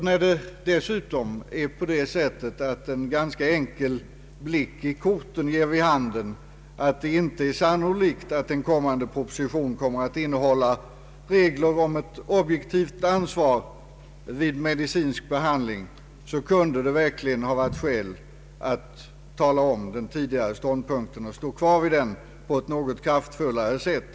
När dessutom en enkel blick i korten ger vid handen att det inte är sannolikt att en blivande proposition kommer att innehålla regler om ett objektivt ansvar vid medicinsk behandling kunde det verkligen ha varit skäl för utskottet att redogöra för den tidigare ståndpunkten och stå fast vid den på ett kraftfullare sätt.